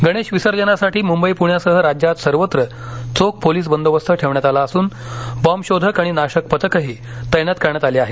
गणेश विसर्जनासाठी मुंबई पुण्यासह राज्यात सवंत्र चोख पोलीस बंदोबस्त ठेवण्यात आला असून बॉम्ब शोधक आणि नाशक पथकंही तैनात करण्यात आली आहेत